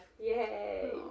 Yay